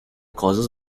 causes